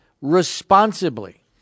responsibly